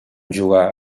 jugar